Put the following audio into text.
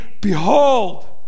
behold